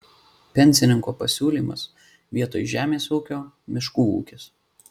pensininko pasiūlymas vietoj žemės ūkio miškų ūkis